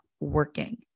Working